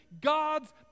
God's